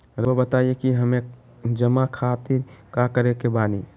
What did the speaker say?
रहुआ बताइं कि हमें जमा खातिर का करे के बानी?